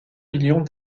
millions